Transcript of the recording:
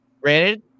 Granted